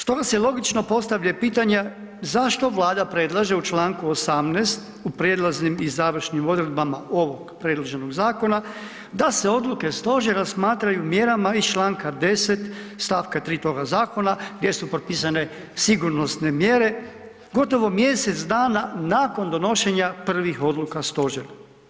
Stoga se logično postavlja pitanje, zašto Vlada predlaže u čl. 18. u prijelaznim i završnim odredbama ovog predloženog zakona da se odluke stožera smatraju mjerama iz čl. 10. st. 3. toga zakona gdje su propisane sigurnosne mjere, gotovo mjesec dana nakon donošenja prvih odluka stožera.